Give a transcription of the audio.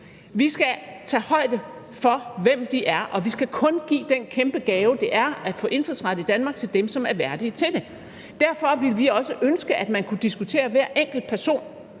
Vi skal tage højde for, hvem de er, og vi skal kun give den kæmpe gave, det er at få indfødsret i Danmark, til dem, som er værdige til det. Derfor ville vi også ønske, at man kunne diskutere hver enkelt person,